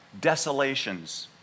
desolations